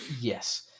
yes